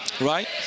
right